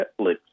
Netflix